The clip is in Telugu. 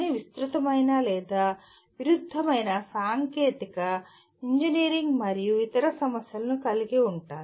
అవి విస్తృతమైన లేదా విరుద్ధమైన సాంకేతిక ఇంజనీరింగ్ మరియు ఇతర సమస్యలను కలిగి ఉంటాయి